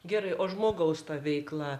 gerai o žmogaus veikla